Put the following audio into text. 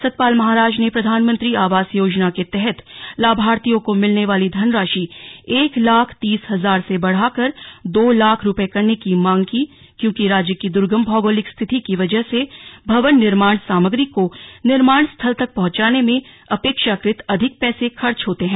सतपाल महाराज ने प्रधानमंत्री आवास योजना के तहत लाभार्थियों को मिलने वाली धनराशि एक लाख तीस हजार से बढ़ाकर दो लाख रुपये करने की मांग की क्योंकि राज्य की द्र्गम भौगोलिक स्थिति की वजह से भवन निर्माण सामग्री को निर्माण स्थल तक पहुंचाने में अपेक्षाकृत अधिक पैसे खर्च होते हैं